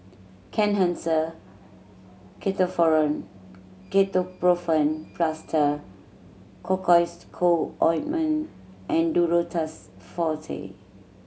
Kenhancer Ketoprofen Plaster Cocois Co Ointment and Duro Tuss Forte